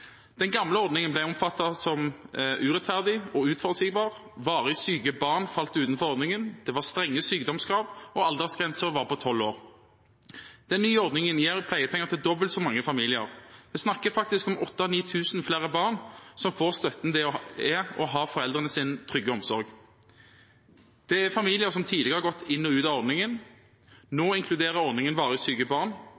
den nye ordningen. Den gamle ordningen ble oppfattet som urettferdig og uforutsigbar. Varig syke barn falt utenfor ordningen, det var strenge sykdomskrav, og aldersgrensen var 12 år. Den nye ordningen gir pleiepenger til dobbelt så mange familier. En snakker faktisk om 8 000–9 000 flere barn som får støtten det er å ha foreldrenes trygge omsorg. Det er familier som tidligere har gått inn og ut av ordningen. Nå